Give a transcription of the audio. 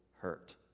hurt